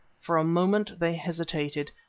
for a moment they hesitated,